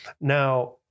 Now